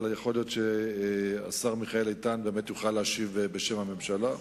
אבל יכול להיות שבאמת השר מיכאל איתן יוכל להשיב בשם הממשלה.